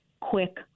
quick